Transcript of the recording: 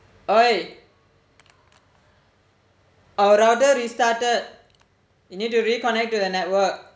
!oi! our router restarted you need to reconnect to the network